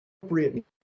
appropriate